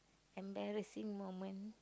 embarrassing moment